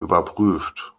überprüft